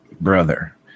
brother